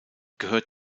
gehört